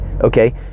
okay